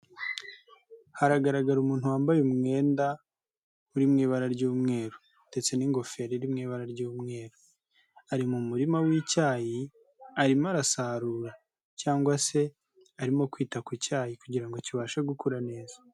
Haragaragara umuntu wambaye umwenda uri mu ibara ry'umweru ndetse n'ingofero iri mu ibara ry'umweru. Ari mu murima w'icyayi, arimo arasarura cyangwa se arimo kwita ku cyayi kugira ngo kibashe gukura neza.